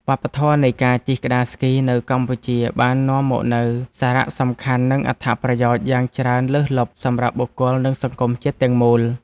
វប្បធម៌នៃការជិះក្ដារស្គីនៅកម្ពុជា បាននាំមកនូវសារៈសំខាន់ និងអត្ថប្រយោជន៍យ៉ាងច្រើនលើសលប់សម្រាប់បុគ្គល និងសង្គមជាតិទាំងមូល។